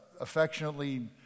affectionately